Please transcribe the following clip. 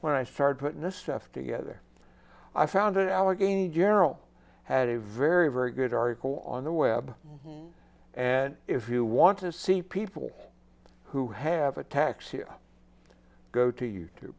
when i started putting this stuff together i found it allegheny general had a very very good article on the web and if you want to see people who have a tax you go to you t